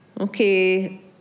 okay